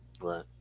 Right